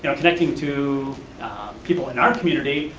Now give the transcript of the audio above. you know connecting to people in our community,